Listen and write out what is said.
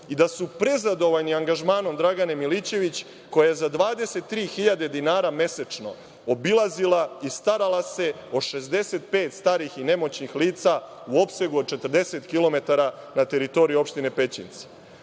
i da su prezadovoljni angažmanom Dragane Milićević, koja je za 23 hiljade dinara mesečno obilazila i starala se o 65 starih i nemoćnih lica u opsegu od 40 km na teritoriji opštine Pećinci?